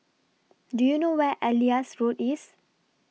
Do YOU know Where Elias Road IS